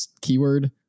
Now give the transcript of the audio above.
keyword